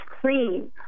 clean